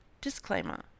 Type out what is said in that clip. Disclaimer